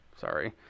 Sorry